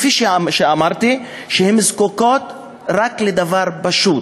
שכפי שאמרתי הן זקוקות רק לדבר פשוט,